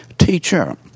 Teacher